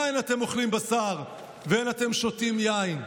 אין אתם אוכלים בשר ואין אתם שותים יין?